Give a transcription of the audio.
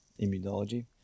immunology